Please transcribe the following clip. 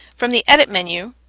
from the edit menu,